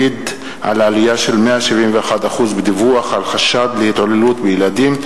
מעיד על עלייה של 171% בדיווח על חשד להתעללות בילדים,